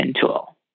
tool